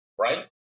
right